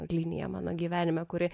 linija mano gyvenime kuri